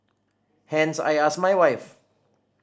hence I asked my wife